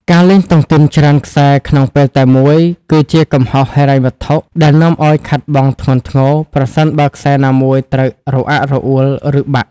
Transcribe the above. ការលេងតុងទីនច្រើនខ្សែក្នុងពេលតែមួយ គឺជាកំហុសហិរញ្ញវត្ថុដែលនាំឱ្យខាតបង់ធ្ងន់ធ្ងរ ប្រសិនបើខ្សែណាមួយត្រូវរអាក់រអួល ឬបាក់។